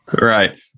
right